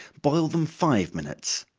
boil them five minutes.